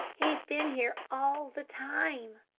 he's been here all the time,